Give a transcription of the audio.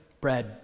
bread